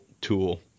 tool